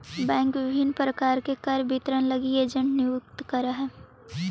bank विभिन्न प्रकार के कर वितरण लगी एजेंट नियुक्त करऽ हइ